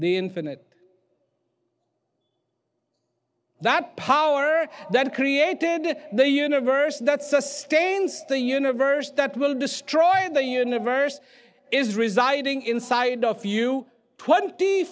the infinite that power that created the universe that sustains the universe that will destroy the universe is residing inside of you twenty